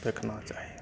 देखना चाही